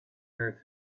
earth